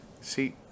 See